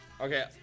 Okay